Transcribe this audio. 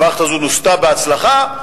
המערכת הזו נוסתה בהצלחה,